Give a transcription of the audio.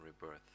rebirth